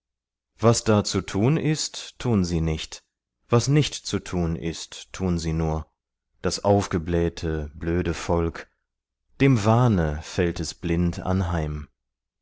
was da zu tun ist tun sie nicht was nicht zu tun ist tun sie nur das aufgeblähte blöde volk dem wahne fällt es blind anheim